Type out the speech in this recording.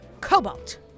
Cobalt